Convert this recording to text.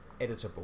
editable